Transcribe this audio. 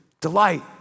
delight